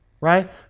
Right